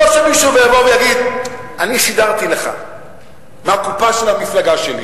לא שמישהו יבוא ויגיד: אני סידרתי לך מהקופה של המפלגה שלי.